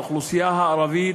האוכלוסייה הערבית,